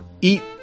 eat